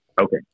Okay